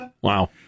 Wow